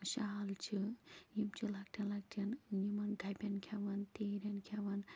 شال چھِ یِم چھِ لۅکٹٮ۪ن لۅکٹٮ۪ن یِمَن گَبٮ۪ن کھٮ۪وان تیٖرٮ۪ن کھٮ۪وان